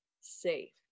safe